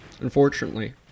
Unfortunately